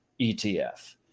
ETF